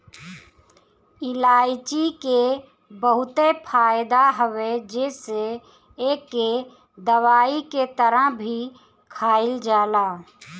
इलायची के बहुते फायदा हवे जेसे एके दवाई के तरह भी खाईल जाला